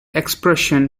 expression